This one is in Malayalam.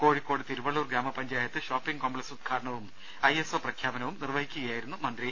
കോഴിക്കോട് തിരുവള്ളൂർ ഗ്രാമപഞ്ചായത്ത് ഷോപ്പിംഗ് കോംപ്ലക്സ് ഉദ്ഘാടനവും ഐ എസ് ഒ പ്രഖ്യാപനവും നിർവഹിച്ച് സംസാരിക്കുകയായിരുന്നു മന്ത്രി